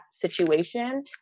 situation